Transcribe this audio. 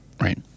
Right